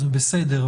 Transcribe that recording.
זה בסדר,